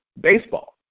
baseball